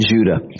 Judah